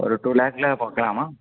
ஒரு டூ லேக்கில் பார்க்கலாமா